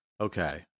Okay